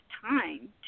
time